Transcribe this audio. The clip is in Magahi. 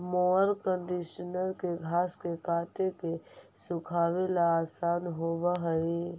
मोअर कन्डिशनर के घास के काट के सुखावे ला आसान होवऽ हई